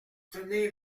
tenez